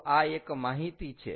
તો આ એક માહિતી છે